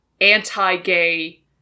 anti-gay